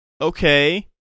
okay